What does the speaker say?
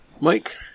Mike